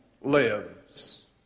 lives